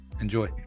Enjoy